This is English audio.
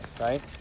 right